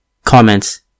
Comments